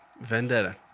Vendetta